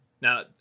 Now